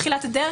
בתחילת הדרך,